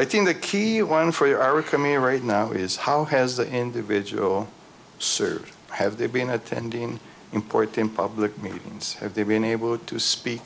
i think the key one for our economy right now is how has the individual served have they been attending important in public meetings have they been able to speak